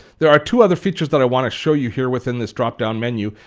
there are two other features that i want to show you here within this dropdown menu.